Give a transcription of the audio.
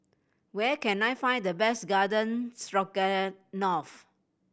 where can I find the best Garden Stroganoff